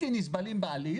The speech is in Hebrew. נסבלים בעליל